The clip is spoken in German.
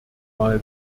mal